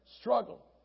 struggle